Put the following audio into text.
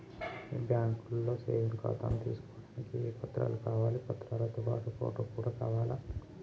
మీ బ్యాంకులో సేవింగ్ ఖాతాను తీసుకోవడానికి ఏ ఏ పత్రాలు కావాలి పత్రాలతో పాటు ఫోటో కూడా కావాలా?